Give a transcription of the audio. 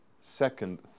second